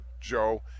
Joe